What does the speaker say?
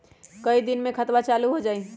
कई दिन मे खतबा चालु हो जाई?